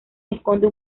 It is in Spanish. esconde